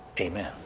Amen